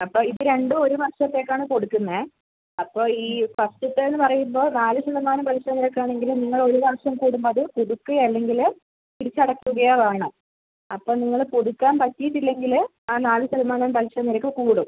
അപ്പം ഇത് രണ്ടും ഒരു വർഷത്തേക്കാണ് കൊടുക്കുന്നത് അപ്പോൾ ഈ ഫസ്റ്റിത്തേത് എന്ന് പറയുമ്പോൾ നാല് ശതമാനം പലിശ നിരക്കാണെങ്കിലും നിങ്ങൾ ഒരു വർഷം കൂടുമ്പോൾ അത് പുതുക്കുക അല്ലെങ്കിൽ തിരിച്ചടയ്ക്കുകയോ വേണം അപ്പം നിങ്ങൾ പുതുക്കാൻ പറ്റിയിട്ടില്ലെങ്കിൽ ആ നാല് ശതമാനം പലിശ നിരക്ക് കൂടും